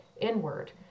inward